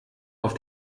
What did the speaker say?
auf